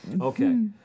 Okay